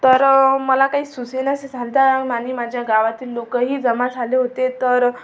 तर मला काही सुचेनासे झाला होता आणि माझ्या गावातील लोकही जमा झाले होते तर